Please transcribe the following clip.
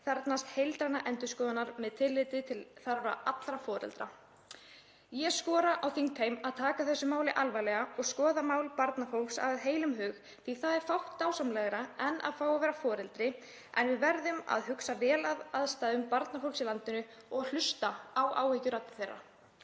þarfnast heildrænnar endurskoðunar með tilliti til þarfa allra foreldra. Ég skora á þingheim að taka þetta mál alvarlega og skoða mál barnafólks af heilum hug. Það er fátt dásamlegra en að fá að vera foreldri en við verðum að huga vel að aðstæðum barnafólks í landinu og hlusta á áhyggjuraddir þess.